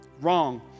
wrong